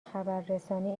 خبررسانی